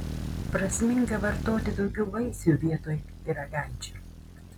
prasminga vartoti daugiau vaisių vietoj pyragaičių